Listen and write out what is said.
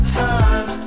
time